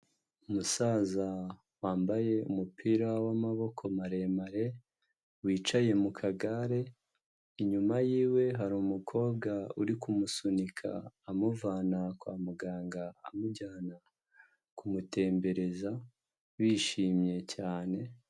Umusaza wambaye umupira w'amaboko maremare, wicaye mu kagare, inyuma y'iwe hari umukobwa uri kumusunika, amuvana kwa muganga, amujyana kumutembereza, bishimye cyane.